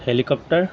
helicopter